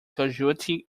casualty